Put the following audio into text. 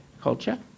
culture